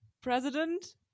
president